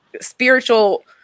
spiritual